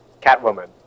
catwoman